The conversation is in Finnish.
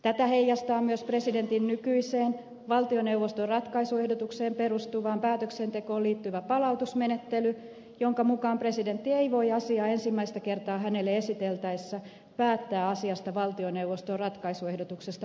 tätä heijastaa myös presidentin nykyiseen valtioneuvoston ratkaisuehdotukseen perustuvaan päätöksentekoon liittyvä palautusmenettely jonka mukaan presidentti ei voi asiaa ensimmäistä kertaa hänelle esiteltäessä päättää asiasta valtioneuvoston ratkaisuehdotuksesta poikkeavalla tavalla